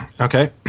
Okay